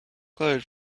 glowed